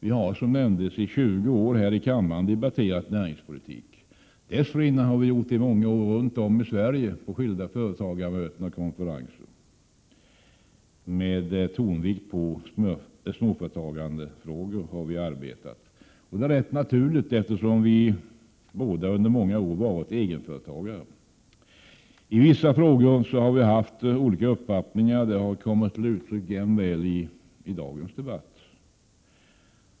Vi har som nämnts debatterat näringspolitik här i kammaren i 20 år. Dessförinnan har vi i många år gjort det runt om i Sverige på skilda företagarmöten och konferenser. Vi har arbetat med tonvikt på småföretagandefrågor. Det är ganska naturligt, eftersom vi båda har varit egenföretagare under många år. Vi har haft olika uppfattningar i vissa frågor. Det har jämväl kommit till uttryck i dagens debatt.